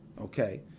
Okay